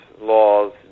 laws